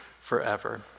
forever